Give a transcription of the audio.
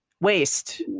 waste